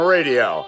Radio